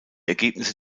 ergebnisse